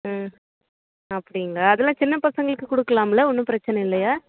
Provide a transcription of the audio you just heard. ம் அப்படிங்ளா அதெல்லாம் சின்ன பசங்களுக்கு கொடுக்கலாம்ல ஒன்றும் பிரச்சனை இல்லையா